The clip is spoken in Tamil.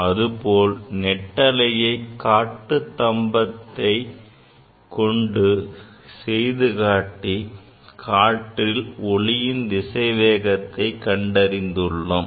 அதுபோல் நெட்டலையை காற்றுக் தம்பத்தை கொண்டு செய்துகாட்டி காற்றில் ஒலியின் திசைவேகத்தை கண்டறிந்துள்ளோம்